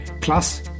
Plus